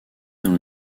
dans